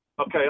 Okay